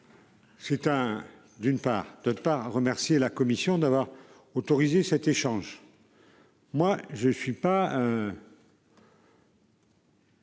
part de ne pas remercier la Commission d'avoir autorisé cet échange.--